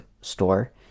store